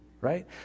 right